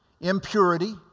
impurity